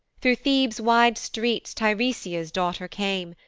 thro' thebes' wide streets tiresia's daughter came,